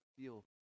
feel